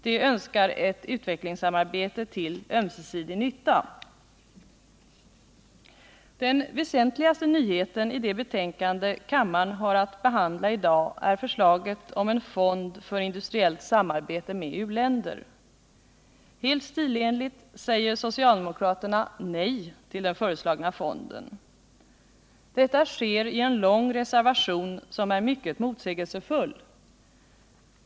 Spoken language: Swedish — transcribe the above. De önskar ett utvecklingssamarbete till ömsesidig nytta. Den väsentligaste nyheten i det betänkande som kammaren har att behandla i dag är förslaget om en fond för industriellt samarbete med uländer. Helt stilenligt säger socialdemokraterna nej till den föreslagna fonden. Detta sker i en lång reservation som är mycket motsägelsefull.